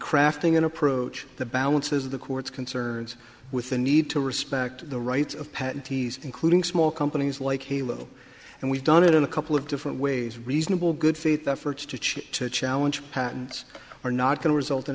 crafting an approach the balances of the courts concerns with the need to respect the rights of patti's including small companies like halo and we've done it in a couple of different ways reasonable good faith efforts to chip to challenge patents are not going to result in